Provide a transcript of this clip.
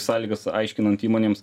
sąlygas aiškinant įmonėms